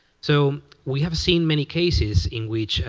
so we have seen many cases, in which,